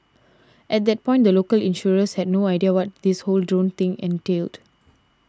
at that point the local insurers had no idea what this whole drone thing entailed